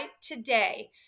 today